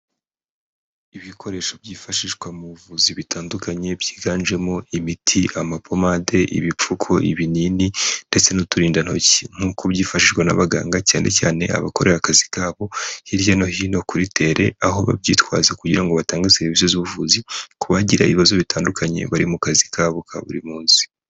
Ibikoresho byifashishwa mu buvuzi bitandukanye, byiganjemo imiti, amapomade, ibipfuko, ibinini, ndetse n'uturindantoki, nk'uko byifashishwa n'abaganga cyane cyane abakore akazi kabo hirya no hino kuri tere, aho babyitwaza kugira ngo batange serivisi z'ubuvuzi ku bagira ibibazo bitandukanye bari mu kazi kabo ka buri munsi.